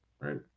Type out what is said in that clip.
right